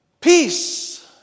Peace